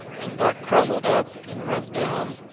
and buck crumpled up and went down,